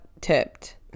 tipped